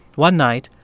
one night,